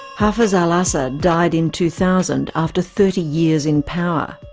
hafiz al-assad died in two thousand after thirty years in power.